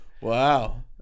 Wow